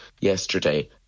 yesterday